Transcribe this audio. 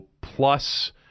plus